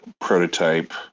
prototype